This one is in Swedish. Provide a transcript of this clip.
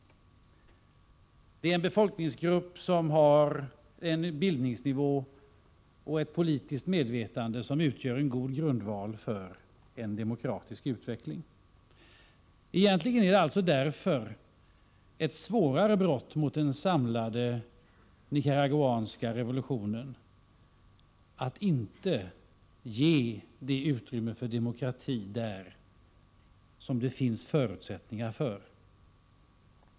Det är en befolkningsgrupp som har en bildningsnivå och ett politiskt medvetande som utgör en god grundval för en demokratisk utveckling. Egentligen är det alltså därför ett svårare brott mot den samlade nicaraguanska revolutionen att inte ge det utrymme för demokrati som det där finns förutsättningar för.